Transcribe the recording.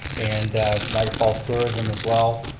and niagara falls tourism as well,